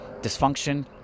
dysfunction